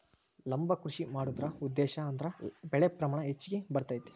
ಲಂಬ ಕೃಷಿ ಮಾಡುದ್ರ ಉದ್ದೇಶಾ ಅಂದ್ರ ಬೆಳೆ ಪ್ರಮಾಣ ಹೆಚ್ಗಿ ಬರ್ತೈತಿ